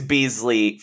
Beasley